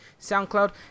soundcloud